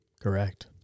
Correct